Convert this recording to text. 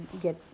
get